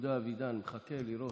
יהודה אבידן מחכה לראות.